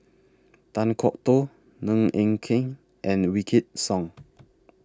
Kan Kwok Toh Ng Eng Hen and Wykidd Song